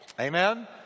Amen